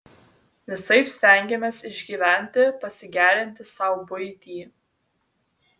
visaip stengėmės išgyventi pasigerinti sau buitį